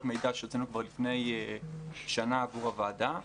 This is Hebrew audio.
מידע שהוצאנו כבר לפני שנה עבור הוועדה.